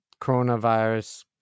coronavirus